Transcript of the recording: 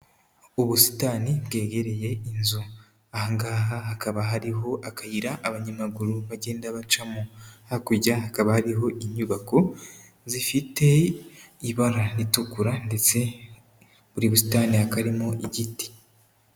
Ubusitani bwegereye inzu, aha ngaha hakaba hariho akayira abanyamaguru bagenda bacamo, hakurya kababa hariho inyubako zifite ibara ritukura ndetse buri busitani hakaba harimo igiti.